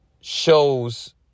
shows